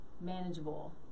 manageable